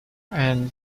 and